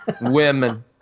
Women